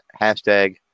hashtag